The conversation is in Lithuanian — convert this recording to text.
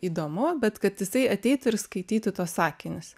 įdomu bet kad jisai ateitų ir skaitytų tuos sakinius